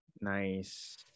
nice